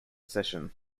session